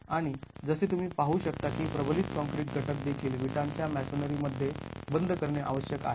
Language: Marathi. आणि जसे तुम्ही पाहू शकता की प्रबलित काँक्रीट घटक देखील विटांच्या मॅसोनरीमध्ये बंद करणे आवश्यक आहे